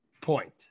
point